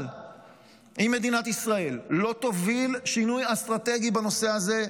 אבל אם מדינת ישראל לא תוביל שינוי אסטרטגי בנושא הזה,